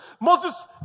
Moses